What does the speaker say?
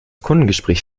kundengespräch